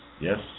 yes